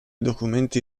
documenti